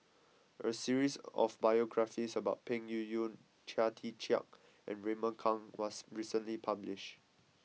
a series of biographies about Peng Yuyun Chia Tee Chiak and Raymond Kang was recently published